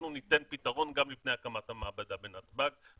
אנחנו ניתן פיתרון גם לפני הקמת המעבדה בנתב"ג.